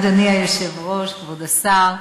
אדוני היושב-ראש, כבוד השר,